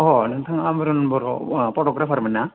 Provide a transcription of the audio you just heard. अह नोंथाङा आमरेन बर' आह फट'ग्राफारमोन ना